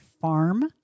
farm